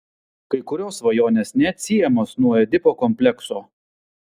kai kurios svajonės neatsiejamos nuo edipo komplekso